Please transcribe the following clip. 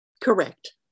Correct